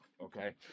okay